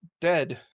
dead